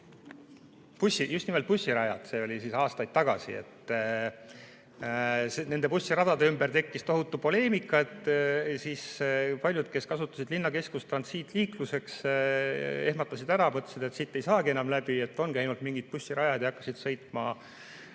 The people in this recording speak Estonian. Just nimelt bussirajad. See oli aastaid tagasi. Nende bussiradade ümber tekkis tohutu poleemika. Paljud, kes kasutasid linnakeskust transiitliikluseks, ehmatasid ära, mõtlesid, et siit ei saagi enam läbi, ongi ainult mingid bussirajad, ja hakkasid sõitma